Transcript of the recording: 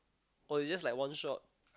or is just like one shot